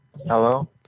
Hello